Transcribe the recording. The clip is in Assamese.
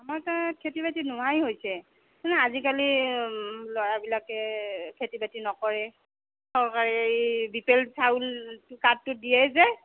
আমাৰ তাত খেতি বাতি নোহোৱাই হৈছে আজিকালি ল'ৰাবিলাকে খেতি বাতি নকৰে চৰকাৰে এই বি পি এল চাউল কাৰ্ডটো দিয়েই যে